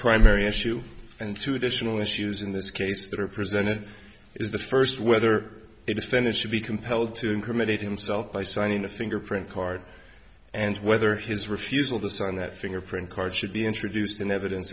primary issue and two additional issues in this case that are presented is the first whether it is then it should be compelled to incriminate himself by signing a fingerprint card and whether his refusal to sign that fingerprint card should be introduced in evidence